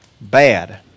bad